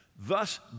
thus